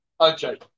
okay